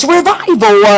Revival